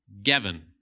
Gavin